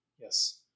Yes